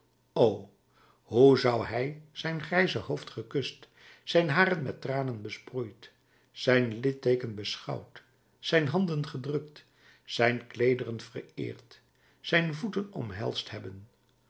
o hoe zou hij zijn grijze hoofd gekust zijn haren met tranen besproeid zijn litteeken beschouwd zijn handen gedrukt zijn kleederen vereerd zijn voeten omhelsd hebben